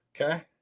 Okay